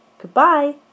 Goodbye